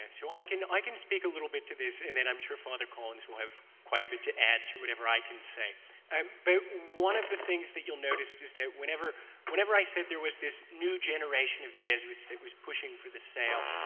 so i can i can speak a little bit to this, and then i'm sure father collins will have quite a bit to add to whatever i can say. but one of the things that you'll notice is that whenever whenever i said there was this new generation of jesuits that was pushing for the sale,